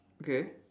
okay